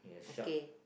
okay